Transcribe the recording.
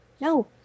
No